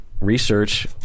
research